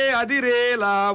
adirela